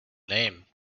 name